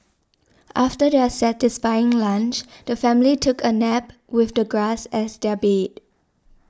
after their satisfying lunch the family took a nap with the grass as their bed